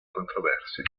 controversie